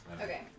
Okay